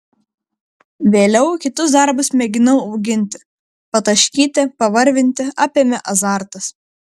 vėliau kitus darbus mėginau auginti pataškyti pavarvinti apėmė azartas